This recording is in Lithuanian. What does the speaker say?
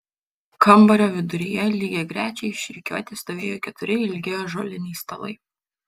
kambario viduryje lygiagrečiai išrikiuoti stovėjo keturi ilgi ąžuoliniai stalai